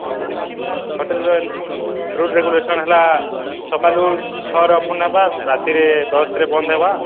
ଆଉ ହୋଟେଲ୍ର rule regulation ହେଲା ସକାଲୁ ଛଅରେ ଓପନ୍ ହେବା ରାତିରେ ଦଶ୍ରେ ବନ୍ଦ୍ ହେବା